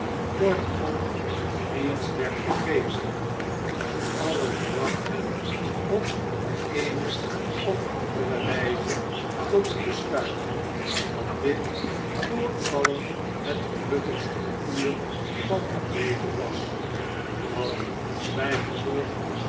kortom niets werd vergeten en alles bracht hen op de eene of andere wijze tot het besluit dat dit voor alien het gelukkigste uur van hun leven was dat